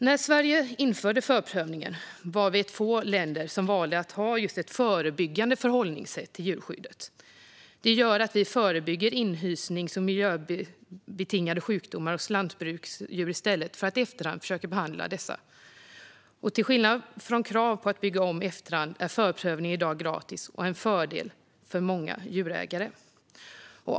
När Sverige införde förprövningen var Sverige ett av få länder som valde att ha just ett förbyggande förhållningssätt i fråga om djurskyddet. Det gör att vi förebygger inhysningssjukdomar och miljöbetingade sjukdomar hos lantbruksdjur i stället för att i efterhand försöka behandla dessa. Till skillnad från krav på att bygga om i efterhand är förprövningen i dag gratis och en fördel för många djurägare.